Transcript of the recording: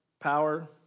power